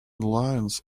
lanes